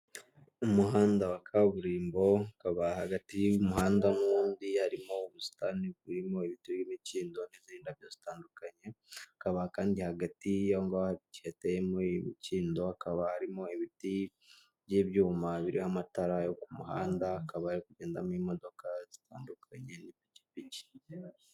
Umuhanda wa kaburimbo, akaba hagati y'umuhanda n'undi harimo ubusitani burimo ibiti by'imikindo n'izindi ndabyo zitandukanye, hakaba kandi hagati y'aho ngaho hateyemo imikindo hakaba harimo ibiti by'ibyuma, biriho amatara yo ku muhanda, hakaba hari kugendamo imodoka zitandukanye n'ipikipiki.